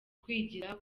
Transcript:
kwigira